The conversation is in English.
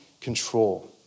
control